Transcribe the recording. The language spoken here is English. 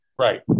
Right